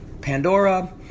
Pandora